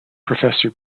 professor